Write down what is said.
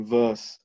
verse